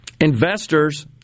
investors